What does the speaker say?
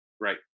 Right